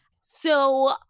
So-